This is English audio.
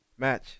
Match